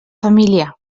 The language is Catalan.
família